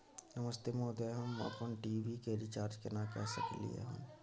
नमस्ते महोदय, हम अपन टी.वी के रिचार्ज केना के सकलियै हन?